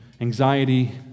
Anxiety